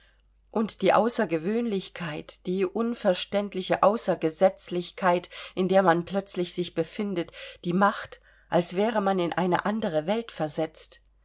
und die außergewöhnlichkeit die unverständliche außergesetzlichkeit in der man plötzlich sich befindet die macht als wäre man in eine andere welt versetzt